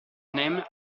named